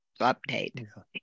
update